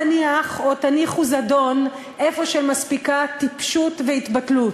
אל תניח או תניחו זדון איפה שמספיקה טיפשות והתבטלות.